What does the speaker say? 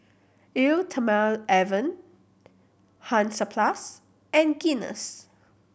Eau Thermale Avene Hansaplast and Guinness